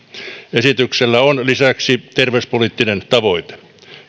esityksellä on lisäksi terveyspoliittinen tavoite